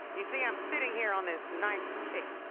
you see i'm sitting here on this nice chair,